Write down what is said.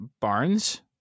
Barnes